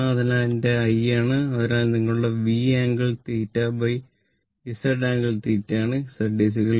അതിനാൽ ഇത് എന്റെ i ആണ് അതിനാൽ ഇത് നിങ്ങളുടെ V ആംഗിൾ θ Z ആംഗിൾ θ ആണ്